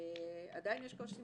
עדיין יש קושי